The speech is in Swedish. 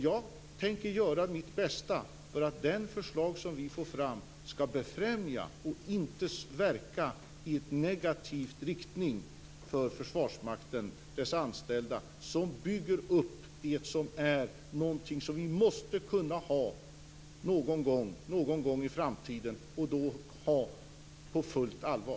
Jag tänker göra mitt bästa för att det förslag som vi får fram skall befrämja och inte verka i negativ riktning för Försvarsmakten och dess anställda, som bygger upp det som vi måste kunna ha någon gång i framtiden och då på fullt allvar.